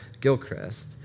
Gilchrist